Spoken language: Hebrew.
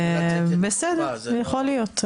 בסדר, יכול להיות.